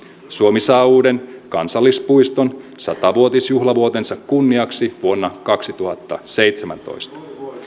suomi saa uuden kansallispuiston sata vuotisjuhlavuotensa kunniaksi vuonna kaksituhattaseitsemäntoista